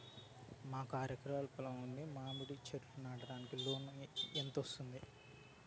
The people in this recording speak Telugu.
మాకు ఆరు ఎకరాలు పొలం ఉంది, మామిడి చెట్లు నాటడానికి లోను ఎంత వస్తుంది?